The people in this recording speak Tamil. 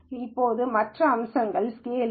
இப்போது மற்ற அம்சம் ஸ்கேலிங்